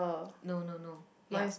no no no yup